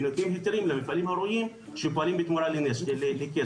ונותנים היתרים למפעלים הראויים שפועלים בתמורה לכסף.